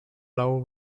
low